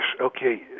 okay